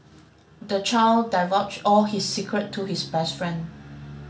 the child divulged all his secret to his best friend